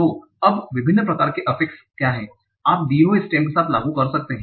तो अब विभिन्न प्रकार के अफेक्स क्या हैं जो आप दिए गए स्टेम के साथ लागू कर सकते हैं